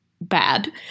bad